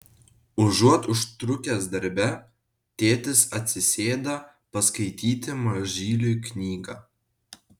užuot užtrukęs darbe tėtis atsisėda paskaityti mažyliui knygą